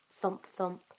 thump-thump,